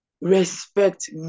Respect